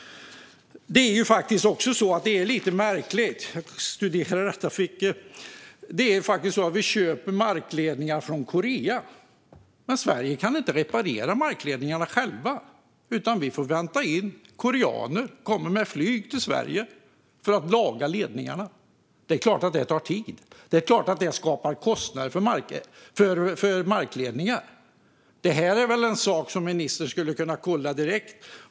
När jag har studerat detta har jag också fått veta något märkligt. Vi köper markledningar från Korea. Men vi i Sverige kan inte själva reparera markledningarna, utan vi får vänta in koreaner som kommer till Sverige med flyg för att laga ledningarna. Det är klart att det tar tid och att det skapar kostnader när det gäller markledningar. Det är en sak som ministern skulle kunna kolla direkt.